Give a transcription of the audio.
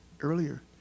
earlier